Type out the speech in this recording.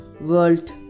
world